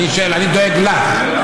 אני דואג לך.